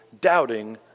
doubting